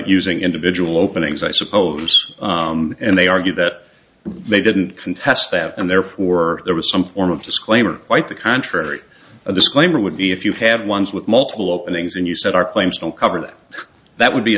sing individual openings i suppose and they argue that they didn't contest that and therefore there was some form of disclaimer quite the contrary a disclaimer would be if you had ones with multiple openings and you said our claim still covered that would be a